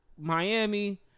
Miami